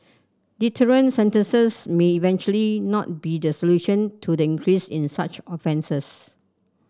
deterrent sentences may eventually not be the solution to the increase in such offences